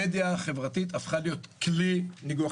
המדיה החברתית הפכה להיות כלי ניגוח.